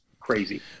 crazy